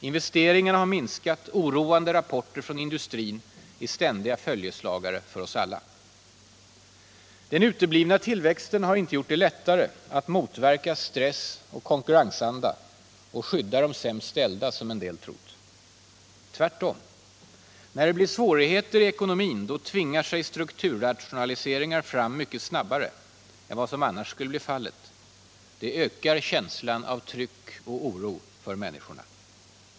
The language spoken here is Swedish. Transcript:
Investeringarna har minskat, och oroande rapporter från industrin är ständiga följeslagare för oss alla. Den uteblivna tillväxten har inte gjort det lättare att motverka stress och konkurrensanda och skydda de sämst ställda, som en del trott. Tvärtom: när det blir svårigheter i ekonomin tvingar sig strukturrationaliseringar fram mycket snabbare än vad som annars skulle bli fallet. Det ökar känslan av tryck och oro för människorna.